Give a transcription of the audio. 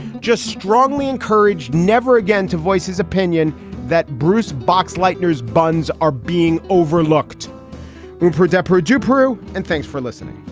just strongly encouraged never again to voice his opinion that bruce box leitner buns are being overlooked when poor, desperate joop grew. and thanks for listening